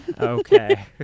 Okay